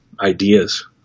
ideas